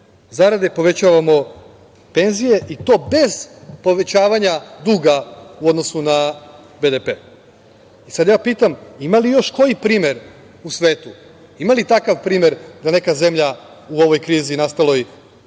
zarade, povećavamo penzije, i to bez povećavanja duga u odnosu na BDP. Pitam – ima li još koji primer u svetu, ima li takav primer da neka zemlja u ovoj krizi, nastaloj